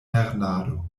lernado